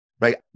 right